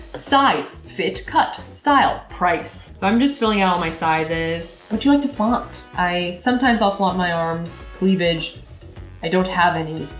size fit cut style price so i'm just filling out all my sizes, what um do you like to flaunt? i, sometimes i'll flaunt my arms cleavage i don't have any.